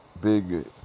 big